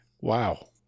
Wow